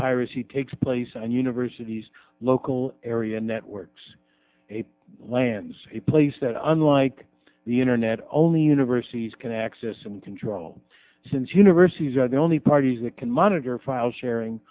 piracy takes place and universities local area networks lannes a place that unlike the internet only universities can access and control since universities are the only parties that can monitor file shar